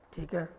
ਠੀਕ ਹੈ